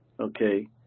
okay